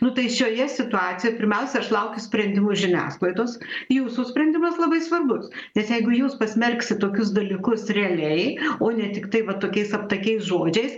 nu tai šioje situacijoje pirmiausia aš laukiu sprendimų iš žiniasklaidos jūsų sprendimas labai svarbus nes jeigu jūs pasmerksit tokius dalykus realiai o ne tiktai va tokiais aptakiais žodžiais